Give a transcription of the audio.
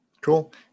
Cool